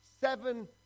seven